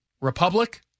Republic